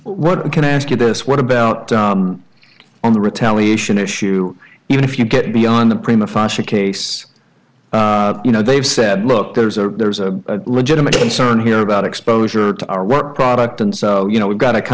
what can i ask you this what about on the retaliation issue if you get beyond the prima fascia case you know they've said look there's a there's a legitimate concern here about exposure to our work product and so you know we've got to kind